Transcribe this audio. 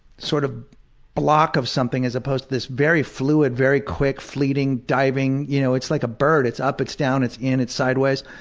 sort of block of something as opposed to this very fluid, very quick, fleeting diving, you know, it's like a bird. it's up, it's down, it's in, it's sideways.